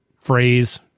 phrase